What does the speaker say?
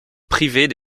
privée